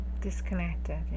disconnected